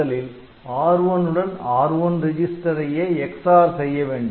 முதலில் R1 உடன் R1 ரெஜிஸ்டரையே XOR செய்ய வேண்டும்